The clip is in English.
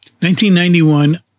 1991